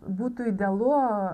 būtų idealu